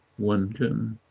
one can,